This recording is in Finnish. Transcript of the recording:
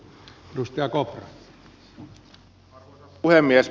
arvoisa puhemies